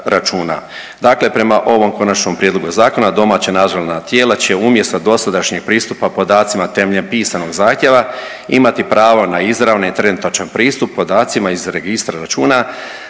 Dakle, prema ovom Konačnom prijedlogu zakona, domaća nadzorna tijela će umjesto dosadašnjeg pristupa podacima temeljem pisanog zahtjeva imati pravo na izravne i trenutačan pristup podacima iz Registra računa